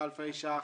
אלפי שקלים.